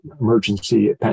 emergency